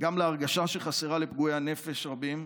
וגם להרגשה שחסרה לפגועי נפש רבים,